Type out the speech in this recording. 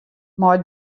mei